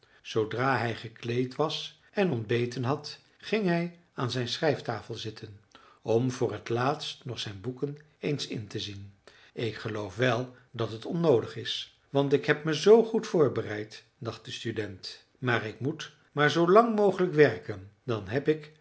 zoodra hij gekleed was en ontbeten had ging hij aan zijn schrijftafel zitten om voor het laatst nog zijn boeken eens in te zien ik geloof wel dat het onnoodig is want ik heb me zoo goed voorbereid dacht de student maar ik moet maar zoo lang mogelijk werken dan heb ik